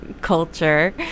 culture